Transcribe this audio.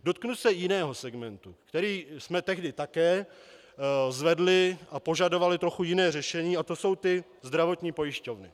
Dotknu se jiného segmentu, který jsme tehdy také zvedli, a požadovali trochu jiné řešení, a to jsou ty zdravotní pojišťovny.